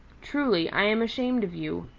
truly i am ashamed of you.